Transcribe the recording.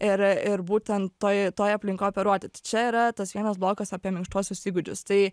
ir ir būtent toj toj aplinkoj operuoti tai čia yra tas vienas blokas apie minkštuosius įgūdžius tai